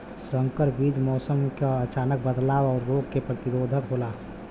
संकर बीज मौसम क अचानक बदलाव और रोग के प्रतिरोधक होला